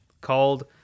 called